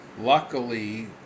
Luckily